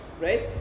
Right